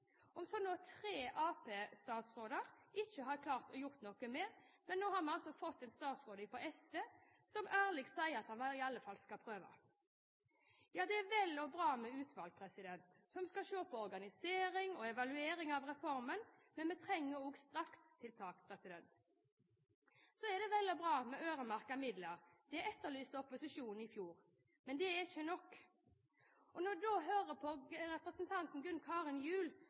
om situasjonen i barnevernet – en situasjon som faktisk er veldig alvorlig, og som tre Arbeiderparti-statsråder ikke har klart å gjøre noe med. Men nå har vi altså fått en statsråd fra SV, som ærlig sier at han i alle fall skal prøve. Ja, det er vel og bra med utvalg som skal se på organisering og evaluering av reformen, men vi trenger også strakstiltak. Så er det vel og bra med øremerkede midler. Det etterlyste opposisjonen i fjor. Men det er ikke nok. Etter å ha hørt på representanten Gunn Karin